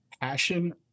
Passion